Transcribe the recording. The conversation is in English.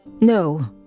No